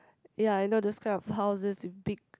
ya I know those kind of houses with big